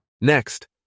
Next